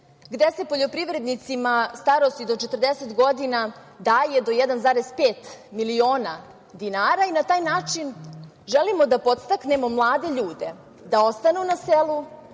gde se poljoprivrednicima starosti do 40 godina daje do 1,5 miliona dinara i na taj način želimo da podstaknemo mlade ljude da ostanu na selu,